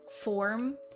form